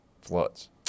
floods